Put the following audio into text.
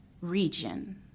region